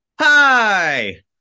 Hi